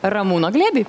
ramūno glėbį